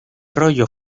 rollo